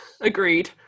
Agreed